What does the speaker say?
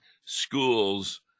schools